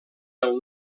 del